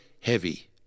heavy